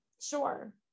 Sure